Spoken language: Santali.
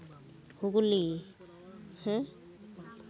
ᱦᱩᱜᱽᱞᱤ ᱦᱮᱸ